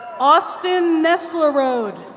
austin nesleroad